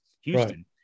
Houston